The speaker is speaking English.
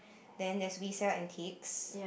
then there's we sell antiques